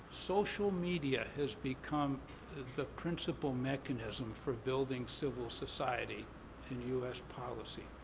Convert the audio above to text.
social media has become the principal mechanism for building civil society in u s. policy.